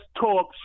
talk